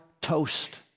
toast